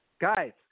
Guys